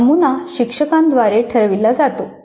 हा नमुना शिक्षकाद्वारे ठरविला जातो